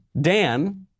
Dan